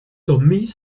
tommy